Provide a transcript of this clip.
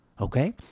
Okay